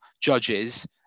judges